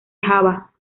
java